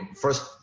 first